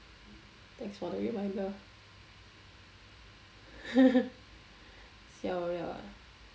thanks for the reminder siao liao ah